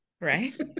right